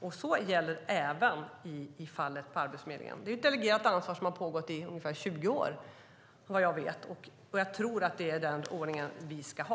Det gäller även Arbetsförmedlingen. Det är ett delegerat ansvar sedan ungefär 20 år tillbaka, vad jag vet. Jag tror att det är den ordning vi ska ha.